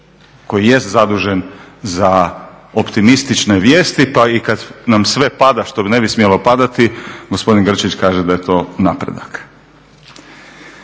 koji jest zadužen za optimistične vijesti, pa i kad nam sve pada što ne bi smjelo padati gospodin Grčić kaže da je to napredak.